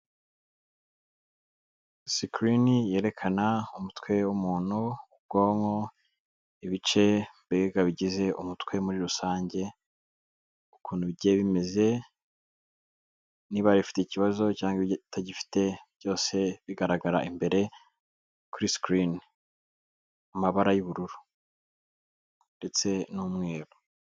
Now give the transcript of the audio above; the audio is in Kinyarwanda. Sikirini yerekana umutwe w'umuntu, ubwonko, ibice mbega bigize umutwe muri rusange ukuntu bigiye bimeze. Niba hari ibifite ikibazo cyangwa ibitagifite byose bigaragara imbere kuri sikirini mu mabara y'ubururu ndetse n'umweru.